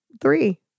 three